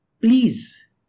please